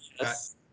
yes